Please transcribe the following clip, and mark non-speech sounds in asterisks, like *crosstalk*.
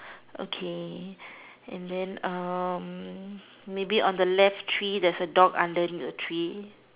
okay *breath* and then um maybe on the left tree there's a dog underneath the tree